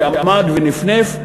עמד ונפנף,